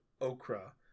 okra